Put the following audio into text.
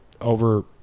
over